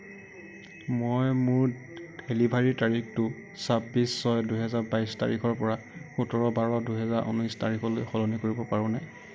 মই মোৰ ডেলিভাৰীৰ তাৰিখটো ছাব্বিছ ছয় দুহেজাৰ বাইছ তাৰিখৰ পৰা সোতৰ বাৰ দুই হেজাৰ ঊনৈছ তাৰিখলৈ সলনি কৰিব পাৰোঁনে